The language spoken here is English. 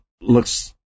looks